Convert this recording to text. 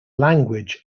language